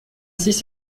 six